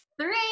three